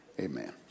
Amen